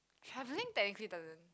travelling thankfully doesn't